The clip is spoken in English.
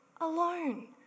alone